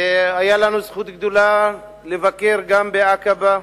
היתה לנו זכות גדולה לבקר גם בעקבה,